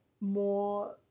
more